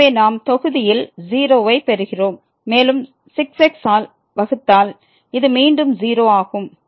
எனவே நாம் தொகுதியில் 0 ஐப் பெறுகிறோம் மேலும் 6 x ஆல் வகுத்தால் இது மீண்டும் 0 ஆகும்